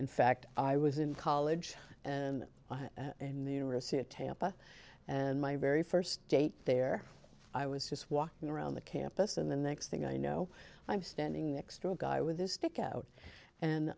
in fact i was in college and in the university of tampa and my very first date there i was just walking around the campus and the next thing i know i'm standing next to a guy with his dick out and